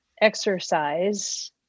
Exercise